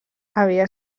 havia